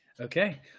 Okay